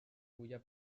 fulla